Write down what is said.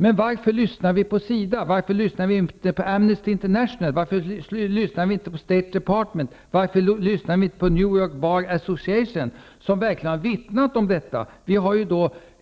Men varför lyssnar vi på SIDA och inte på Amnesty Association, som verkligen har vittnat om detta? Vi har